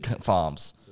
farms